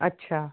अच्छा